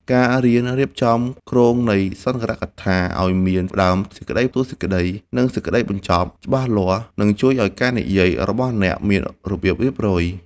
ការរៀនរៀបចំគ្រោងនៃសន្ទរកថាឱ្យមាន ផ្ដើមសេចក្ដី តួសេចក្ដី និងសេចក្ដីបញ្ចប់ ច្បាស់លាស់ នឹងជួយឱ្យការនិយាយរបស់អ្នកមានរបៀបរៀបរយ។